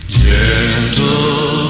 gentle